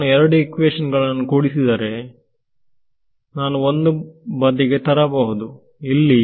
ನಾನು ಎರಡು ಈಕ್ವೇಶನ್ ಗಳನ್ನು ಕೂಡಿಸಿದರೆ ನಾನು ಒಂದು ಬದಿಗೆ ತರಬಹುದು ಇಲ್ಲಿ